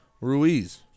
Ruiz